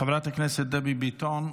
חברת הכנסת דבי ביטון,